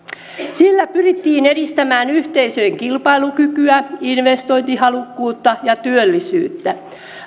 sillä pyrittiin edistämään yhteisöjen kilpailukykyä investointihalukkuutta ja työllisyyttä